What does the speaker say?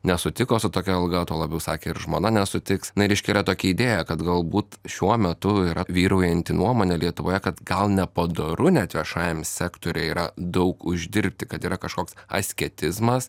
nesutiko su tokia alga tuo labiau sakė ir žmona nesutiks na ir iškelia tokią idėją kad galbūt šiuo metu yra vyraujanti nuomonė lietuvoje kad gal nepadoru net viešajam sektoriuje yra daug uždirbti kad yra kažkoks asketizmas